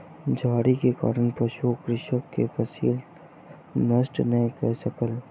झाड़ी के कारण पशु कृषक के फसिल नष्ट नै कय सकल